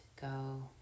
go